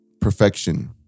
perfection